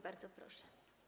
Bardzo proszę.